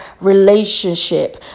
relationship